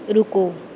ਰੁਕੋ